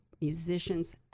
musicians